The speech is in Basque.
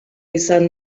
izan